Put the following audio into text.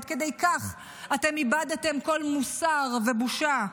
עד כדי כך שאתם איבדתם כל מוסר ובושה.